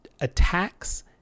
attacks